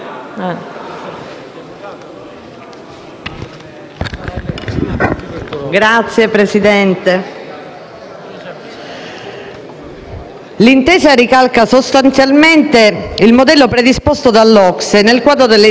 Signora Presidente, l'intesa ricalca sostanzialmente il modello predisposto dall'OCSE nel quadro delle iniziative per la trasparenza fiscale